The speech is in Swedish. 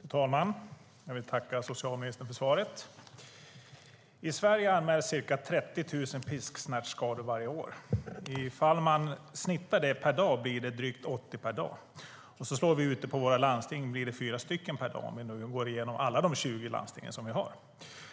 Fru talman! Jag vill tacka socialministern för svaret. I Sverige anmäls ca 30 000 pisksnärtskador varje år. I fall man snittar det per dag blir det drygt 80 per dag, och slår vi ut det på våra landsting blir det fyra per dag om vi räknar alla 20 landsting vi har.